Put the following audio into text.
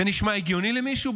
זה נשמע הגיוני למישהו,